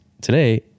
today